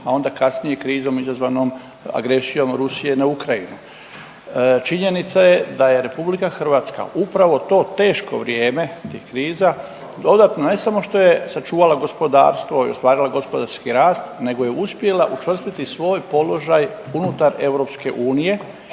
a onda kasnije krizom izazvanom agresijom Rusije na Ukrajinu. Činjenica je da je RH upravo to teško vrijeme tih kriza dodatno ne samo što je sačuvala gospodarstvo i ostvarila gospodarski rast nego je uspjela učvrstiti svoj položaj unutar EU